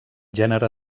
gènere